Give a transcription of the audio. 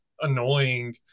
annoying